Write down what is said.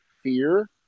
fear